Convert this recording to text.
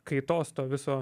kaitos to viso